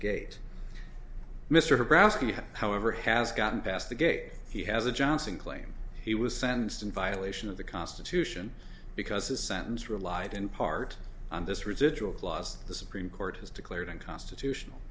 brodsky however has gotten past the gate he has a johnson claim he was sentenced in violation of the constitution because his sentence relied in part on this residual clause the supreme court has declared unconstitutional